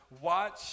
watch